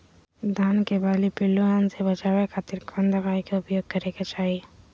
धान के बाली पिल्लूआन से बचावे खातिर कौन दवाई के उपयोग करे के चाही?